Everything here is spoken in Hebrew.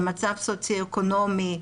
למצב סוציואקונומי,